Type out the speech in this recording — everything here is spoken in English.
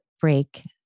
break